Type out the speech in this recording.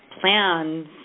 plans